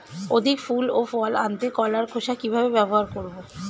অধিক ফুল ও ফল আনতে কলার খোসা কিভাবে ব্যবহার করব?